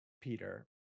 Peter